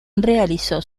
realizó